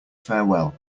farewell